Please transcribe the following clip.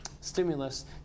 stimulus